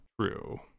true